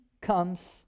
comes